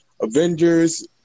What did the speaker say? Avengers